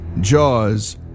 Jaws